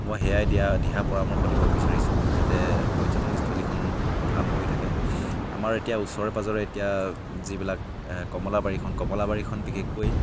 মই সেয়াই দিয়া দিহা পৰামৰ্শ দিব বিচাৰিছোঁ যাতে পৰ্যটনস্থলীখন ভাল হৈ থাকে আমাৰ এতিয়া ওচৰে পাঁজৰে এতিয়া যিবিলাক কমলাবাৰীখন কমলাবাৰীখন বিশেষকৈ